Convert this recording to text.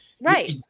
Right